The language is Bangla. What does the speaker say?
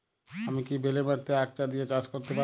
আমি কি বেলে মাটিতে আক জাতীয় চাষ করতে পারি?